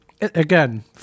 Again